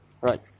Right